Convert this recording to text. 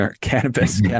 cannabis